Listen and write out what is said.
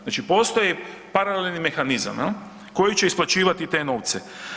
Znači postoje paralelni mehanizam koji će isplaćivati te novce.